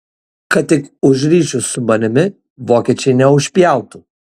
kad tik už ryšius su manimi vokiečiai neužpjautų